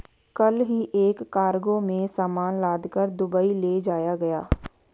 कल ही एक कार्गो में सामान लादकर दुबई ले जाया गया